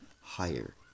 higher